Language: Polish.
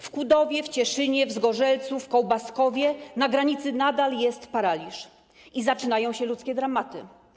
W Kudowie, w Cieszynie, w Zgorzelcu, w Kołbaskowie na granicy nadal jest paraliż i zaczynają się ludzkie dramaty.